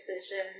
decision